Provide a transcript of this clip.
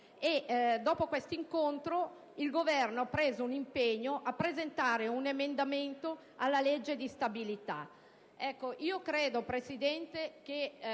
dopo questo incontro, il Governo ha preso un impegno a presentare un emendamento alla legge di stabilità.